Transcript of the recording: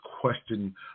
question